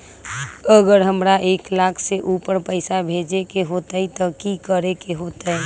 अगर हमरा एक लाख से ऊपर पैसा भेजे के होतई त की करेके होतय?